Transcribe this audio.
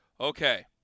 Okay